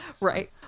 right